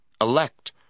elect